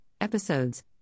Episodes